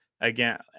again